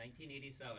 1987